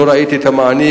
לא ראיתי את המענים.